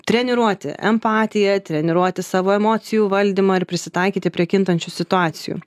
treniruoti empatiją treniruoti savo emocijų valdymą ir prisitaikyti prie kintančių situacijų